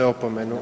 opomenu.